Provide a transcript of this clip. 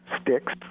sticks